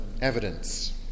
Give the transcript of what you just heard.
evidence